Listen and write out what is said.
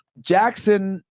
Jackson